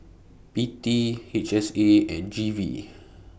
P T H S A and G V